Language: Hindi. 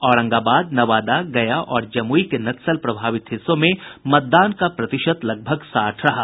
औरंगाबाद नवादा गया और जमुई के नक्सल प्रभावित हिस्सों में मतदान का प्रतिशत लगभग साठ रहा